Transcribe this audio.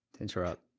interrupt